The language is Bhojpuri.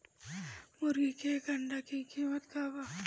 मुर्गी के एक अंडा के कीमत का बा?